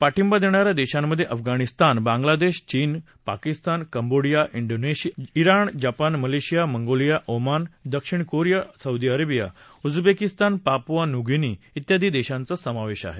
पाठिंबा देणा या देशांमधे अफगाणिस्तान बांगलादेश चीन Pakistan Cambodia Indonesia Iran Japan Malaysia Mongolia Oman दक्षिण Korea Saudi Arabia Uzbekistan Papua New Guinea त्यादी देशांचा समावेश आहे